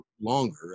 longer